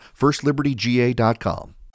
FirstLibertyGA.com